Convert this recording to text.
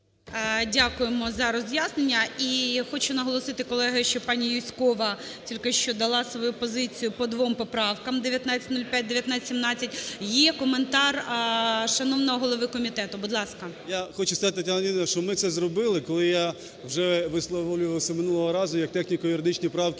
Дякуємо за роз'яснення. І хочу наголосити, колеги, що пані Юзькова тільки що дала свою позицію по двом поправкам: 1905, 1917. Є коментар шановного голови комітету. Будь ласка. 10:27:21 КНЯЗЕВИЧ Р.П. Я хочу сказати, Тетяна Леонідівна, що ми це зробили, коли я вже висловлювався минулого разу, як техніко-юридичні правки,